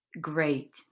Great